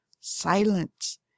silence